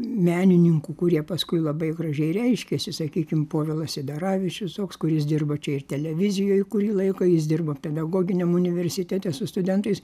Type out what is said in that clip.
menininkų kurie paskui labai gražiai reiškėsi sakykim povilas sidaravičius toks kuris dirbo čia ir televizijoj kurį laiką jis dirbo pedagoginiam universitete su studentais